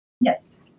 Yes